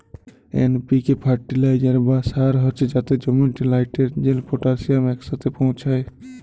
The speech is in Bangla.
এন.পি.কে ফার্টিলাইজার বা সার হছে যাতে জমিতে লাইটেরজেল, পটাশিয়াম ইকসাথে পৌঁছায়